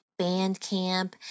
Bandcamp